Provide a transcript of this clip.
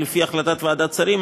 לפי החלטת ועדת השרים,